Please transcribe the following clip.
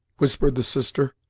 whispered the sister,